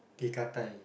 teh-katai